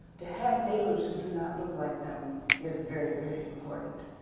to have neighbors who do not look like them is very very important.